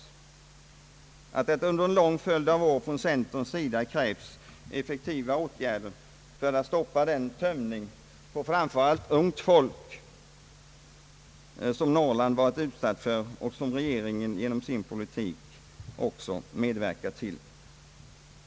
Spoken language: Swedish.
Centerpartiet har under en lång följd av år krävt effektiva åtgärder för att stoppa den tömning på framför allt unga människor som Norrland varit utsatt för och som regeringen genom sin politik också medverkat till.